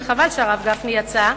וחבל שהרב גפני יצא,